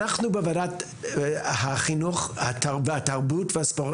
אנחנו בוועדת החינוך והתרבות הספורט,